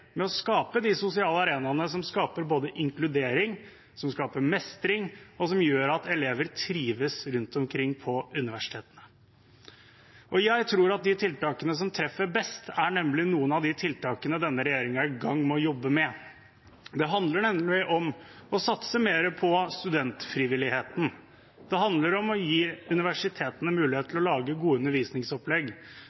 mestring, og som gjør at elevene trives rundt omkring på universitetene. Jeg tror at de tiltakene som treffer best, er noen av de tiltakene denne regjeringen er i gang med å jobbe med. Det handler nemlig om å satse mer på studentfrivilligheten. Det handler om å gi universitetene mulighet